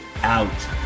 out